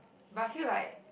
but I feel like